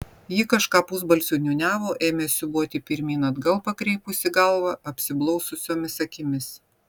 ji kažką pusbalsiu niūniavo ėmė siūbuoti pirmyn atgal pakreipusi galvą apsiblaususiomis akimis